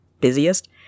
busiest